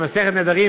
במסכת נדרים,